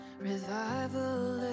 revival